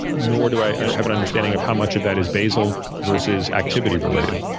nor do i have an understanding of how much of that is basal versus activity related.